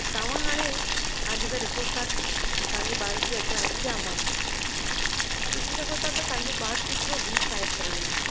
तव्हां हाणे तव्हां जेका रिपोट कॉर्ड तव्हांजे ॿार जे अॻियां रखी आहे मां तव्हां ॾिसी सघो था त तव्हां जो ॿार केतिरो वीक आहे पढ़ण में